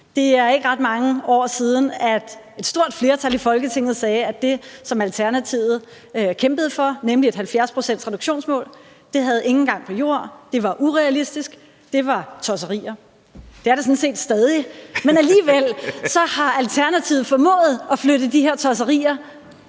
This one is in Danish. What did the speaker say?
Det er ikke ret mange år siden, at et stort flertal i Folketinget sagde, at det, som Alternativet kæmpede for, nemlig et 70-procentsreduktionsmål, ikke havde nogen gang på jord, at det var urealistisk, at det var tosserier. Det er det sådan set stadig, men alligevel har Alternativet formået at flytte de her tosserier